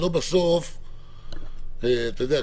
השאלה אם לא בסוף -- -אתה יודע,